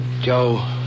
Joe